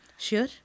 Sure